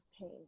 pain